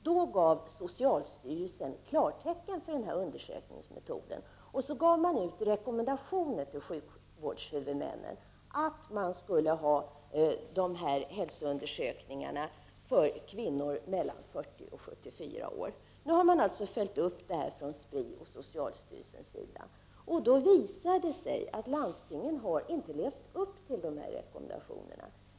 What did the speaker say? Då gav socialstyrelsen klartecken för den här undersökningsmetoden, och så gav man ut rekommendationer till sjukvårdshuvudmännen att de skulle genomgöra hälsoundersökningar för kvinnor mellan 40 och 74 år. Nu har alltså Spri och socialstyrelsen följt upp det här, och då visar det sig att landstingen inte har levt upp till rekommendationerna.